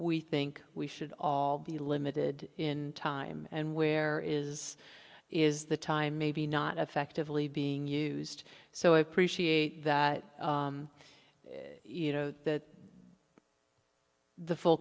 we think we should all be limited in time and where is is the time maybe not effectively being used so i appreciate that you know that the full